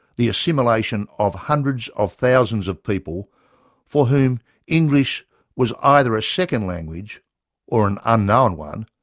the assimilation of hundreds of thousands of people for whom english was either a second language or an unknown one,